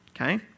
okay